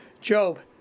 Job